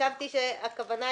חשבתי שהכוונה...